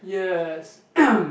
yes